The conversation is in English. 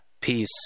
Peace